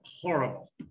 horrible